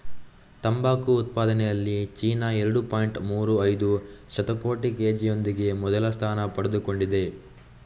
ತಂಬಾಕು ಉತ್ಪಾದನೆಯಲ್ಲಿ ಚೀನಾ ಎರಡು ಪಾಯಿಂಟ್ ಮೂರು ಐದು ಶತಕೋಟಿ ಕೆ.ಜಿಯೊಂದಿಗೆ ಮೊದಲ ಸ್ಥಾನ ಪಡೆದುಕೊಂಡಿದೆ